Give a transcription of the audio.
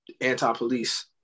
anti-police